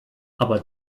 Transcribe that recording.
aber